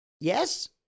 Yes